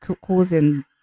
causing